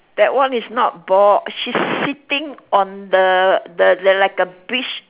that one is not ball she's sitting on the the the like the beach